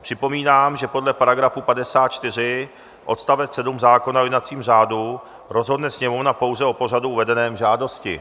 Připomínám, že podle § 54 odst. 7 zákona o jednacím řádu rozhodne Sněmovna pouze o pořadu uvedeném v žádosti.